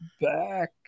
back